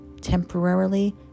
temporarily